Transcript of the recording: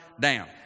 down